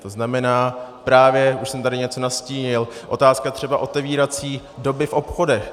To znamená, právě už jsem tady něco nastínil, otázka třeba otevírací doby v obchodech.